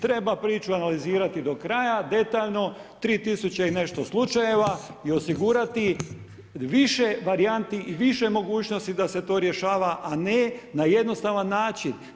Treba priču analizirati do kraja, detaljno, 3 000 i nešto slučajeva i osigurati više varijanti i više mogućnosti da se to rješava a na jednostavan način.